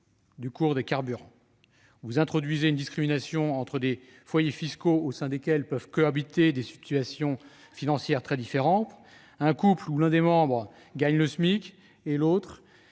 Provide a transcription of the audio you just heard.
du cours des carburants. Vous introduisez une discrimination entre des foyers fiscaux qui présentent pourtant des situations financières très différentes : ainsi, un couple dont l'un des membres gagne le SMIC et l'autre